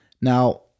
Now